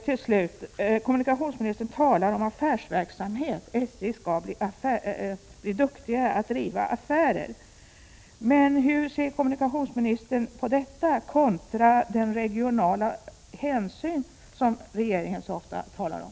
Till slut: Kommunikationsministern talar om affärsverksamhet och säger att SJ skall bli duktigare på att driva affärer. Men hur ser kommunikationsministern på den aspekten kontra den regionala hänsyn som regeringen så ofta talar om?